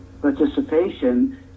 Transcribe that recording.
participation